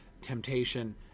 temptation